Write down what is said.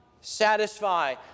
satisfy